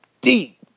deep